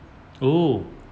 oh